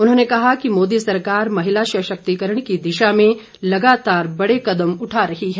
उन्होंने कहा कि मोदी सरकार महिला सशक्तिकरण की दिशा में लगातार बड़े कदम उठा रही है